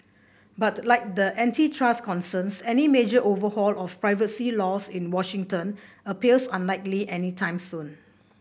but like the antitrust concerns any major overhaul of privacy law in Washington appears unlikely anytime soon